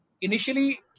initially